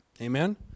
amen